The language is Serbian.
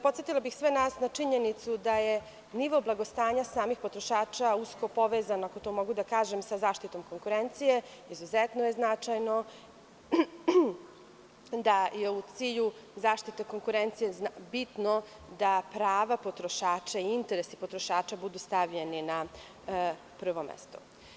Podsetila bih sve nas na činjenicu da je nivo blagostanja samih potrošača, usko povezan, ako to mogu da kažem, sa zaštitom konkurencije, i izuzetno je značajno da je u cilju zaštite konkurencije bitno da prava potrošača i interesi potrošača, budu stavljeni na prvo mesto.